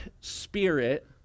spirit